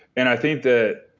and i think that,